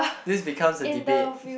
this becomes a debate